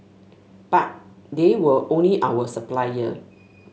but they were only our supplier